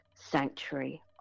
sanctuary